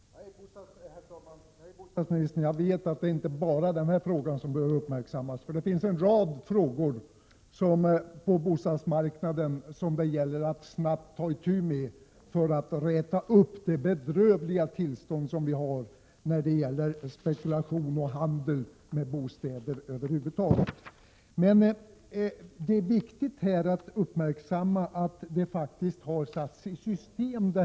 Herr talman! Nej, bostadsministern, jag vet att det inte bara är denna fråga som behöver uppmärksammas. Det finns en rad frågor på bostadsmarknaden som det gäller att snabbt ta itu med för att förbättra det bedrövliga tillstånd som vi har när det gäller spekulation och handel med bostäder över huvud taget. Det är viktigt att uppmärksamma att detta har satts i system.